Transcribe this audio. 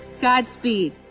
godspeed.